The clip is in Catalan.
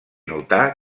notar